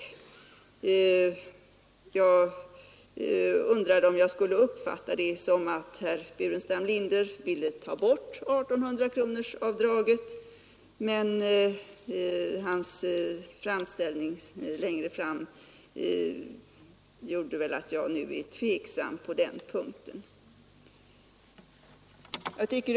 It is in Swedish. Jag undrade om jag Om åtgärder SE skulle uppfatta det så, att herr Burenstam Linder ville ta bort diskriminering av 1 800-kronorsavdraget, men vad han sade senare i sin framställning har äktenskapet gjort mig tveksam på den punkten.